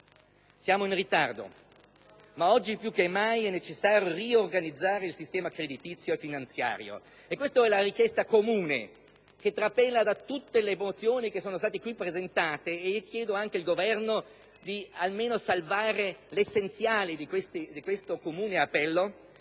Siamo in ritardo, ma oggi più che mai è necessario riorganizzare il sistema creditizio e finanziario, e questa è la richiesta comune che trapela da tutte le mozioni presentate. Personalmente, chiedo al Governo di salvare almeno l'essenziale di questo comune appello